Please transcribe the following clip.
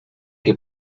que